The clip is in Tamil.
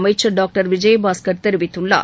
அமைச்சர் டாக்டர் விஜயபாஸ்கர் தெரிவித்துள்ளார்